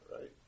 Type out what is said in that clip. right